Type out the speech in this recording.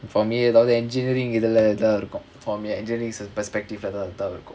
for me எதாவது:ethaavathu engineering இதுலதா இருக்கும்:ithulathaa irukkum for me is engineering perspective lah தா இருக்கும்:thaa irukkum